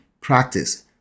practice